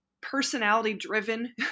personality-driven